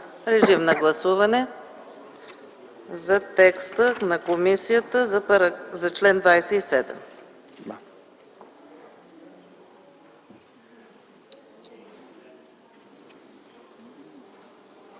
режим на гласуване за текста на комисията за чл. 27. Гласували